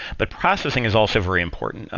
but processing is also very important.